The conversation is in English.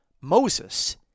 Moses